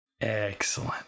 Excellent